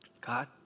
God